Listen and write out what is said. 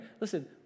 Listen